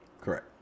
Correct